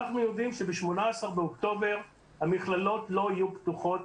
אנחנו יודעים שב-18 באוקטובר המכללות לא יהיו פתוחות